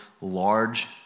large